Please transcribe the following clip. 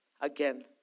again